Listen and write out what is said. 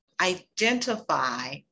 identify